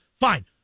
fine